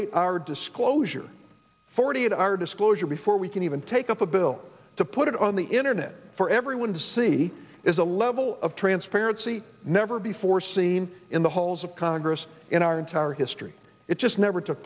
eight hour disclosure forty eight hour disclosure before we can even take up a bill to put it on the internet for everyone to see is a level of transparency never before seen in the halls of congress in our entire history it just never took